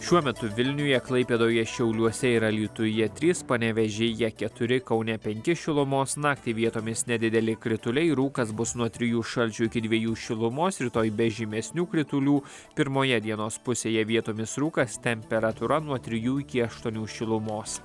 šiuo metu vilniuje klaipėdoje šiauliuose ir alytuje trys panevėžyje keturi kaune penki šilumos naktį vietomis nedideli krituliai rūkas bus nuo trijų šalčio iki dviejų šilumos rytoj be žymesnių kritulių pirmoje dienos pusėje vietomis rūkas temperatūra nuo trijų iki aštuonių šilumos